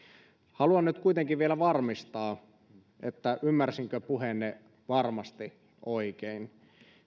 haluan nyt kuitenkin vielä varmistaa ymmärsinkö puheenne varmasti oikein